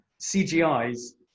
CGI's